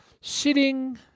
sitting